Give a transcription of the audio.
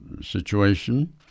situation